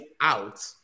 out